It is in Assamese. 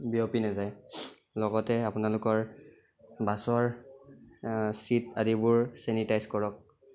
বিয়পি নাযায় লগতে আপোনালোকৰ বাছৰ চীট আদিবোৰ ছেনিটাইজ কৰক